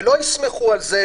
ולא יסמכו על זה,